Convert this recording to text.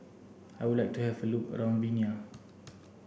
I would like to have a look around Vienna